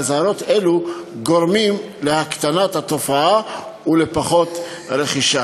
ואזהרות אלו גורמות להקטנת התופעה ולפחות רכישה.